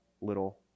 little